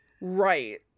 Right